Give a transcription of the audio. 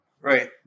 Right